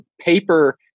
paper